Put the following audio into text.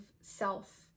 self